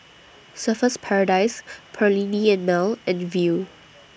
Surfer's Paradise Perllini and Mel and Viu